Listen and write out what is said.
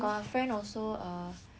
she